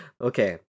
Okay